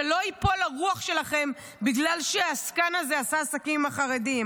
שלא תיפול הרוח שלכם בגלל שהעסקן הזה עשה עסקים עם החרדים,